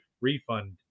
refund